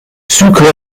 sucre